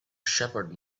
shepherd